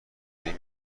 این